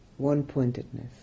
one-pointedness